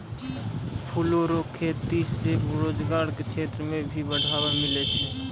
फूलो रो खेती से रोजगार के क्षेत्र मे भी बढ़ावा मिलै छै